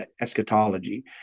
eschatology